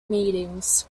meetings